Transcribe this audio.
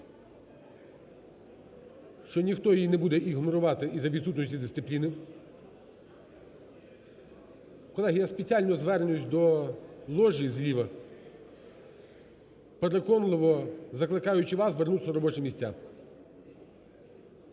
що ніхто її не буде ігнорувати із-за відсутності дисципліни. Колеги, я спеціально звертаюся до ложі зліва, переконливо закликаючи вас вернутись на робочі місця.